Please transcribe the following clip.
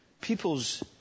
people's